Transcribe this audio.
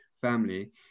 family